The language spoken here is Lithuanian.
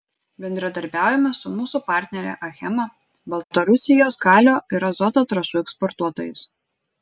bendradarbiaujame su mūsų partnere achema baltarusijos kalio ir azoto trąšų eksportuotojais